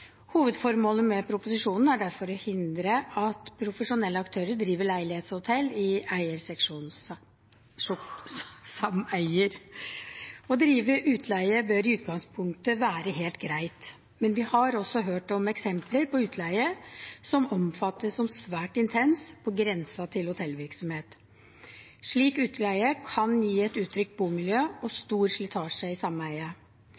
Hovedformålet med proposisjonen er derfor å hindre at profesjonelle aktører driver leilighetshotell i eierseksjonssameier. Å drive utleie bør i utgangspunktet være helt greit, men vi har også hørt om eksempler på utleie som oppfattes som svært intens, på grensen til hotellvirksomhet. Slik utleie kan gi et utrygt bomiljø og